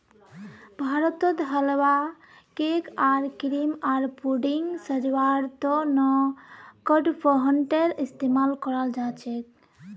भारतत हलवा, केक आर क्रीम आर पुडिंगक सजव्वार त न कडपहनटेर इस्तमाल कराल जा छेक